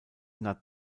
nad